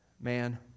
man